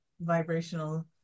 vibrational